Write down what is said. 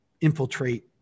infiltrate